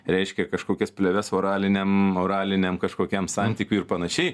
reiškia kažkokias plėves oraliniam oraliniam kažkokiam santykiui ir panašiai